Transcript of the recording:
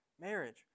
marriage